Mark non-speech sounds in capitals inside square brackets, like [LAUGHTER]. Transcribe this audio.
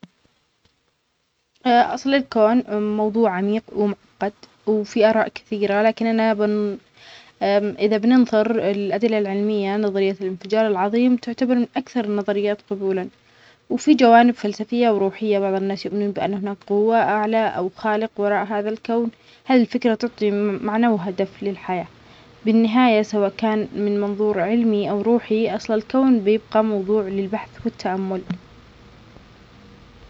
أ [HESITATION] أصل الكون موضوع عميق ومعقد وفيه آراء كثيرة، لكن أنا [HESITATION] إذا بننظر للأدلة العلمية نظرية الإنفجار العظيم تعتبر من أكثر النظريات قبولا، وفي جوانب فلسفية وروحية، بعض الناس يؤمنون أن هناك قوة أعلى أو خالق وراء هذا الكون، هالفكرة تعطي معنى وهدف للحياة، بالنهاية سواء كان من منظور علمي أو روحي أصل الكون بيبقي موضوع للبحث والتأمل.